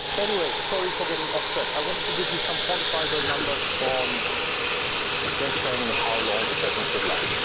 anyways sorry for getting off track i wanted to give you some quantifiable numbers on strength training and how long a session should last.